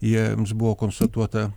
jiems buvo konstatuota